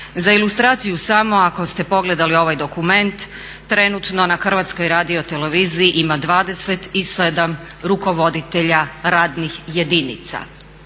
Za ilustraciju samo ako ste pogledali ovaj dokument trenutno na HRT-u ima 27 rukovoditelja radnih jedinica.